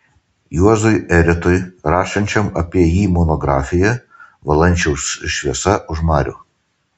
juozui eretui rašančiam apie jį monografiją valančiaus šviesa už marių